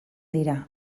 dira